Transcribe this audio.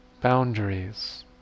Boundaries